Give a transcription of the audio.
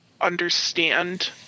understand